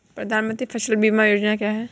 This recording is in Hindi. प्रधानमंत्री फसल बीमा योजना क्या है?